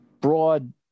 broad